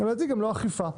לדעתי גם לא אכיפה.